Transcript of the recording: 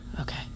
Okay